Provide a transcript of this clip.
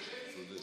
זה שמית?